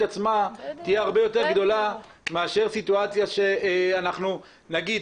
עצמה תהיה הרבה יותר גדולה מאשר סיטואציה שאנחנו נגיד,